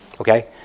okay